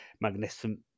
Magnificent